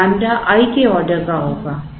तो lambda i के order का होगा